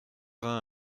vingt